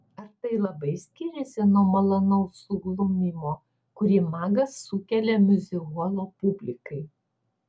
ar tai labai skiriasi nuo malonaus suglumimo kurį magas sukelia miuzikholo publikai